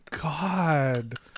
god